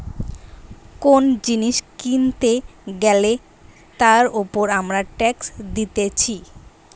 কোন জিনিস কিনতে গ্যালে তার উপর আমরা ট্যাক্স দিতেছি